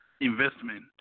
investment